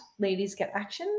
LadiesGetAction